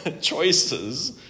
choices